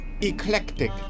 eclectic